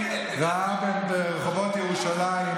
מספרים לגויים שהיהודים הם אפלים,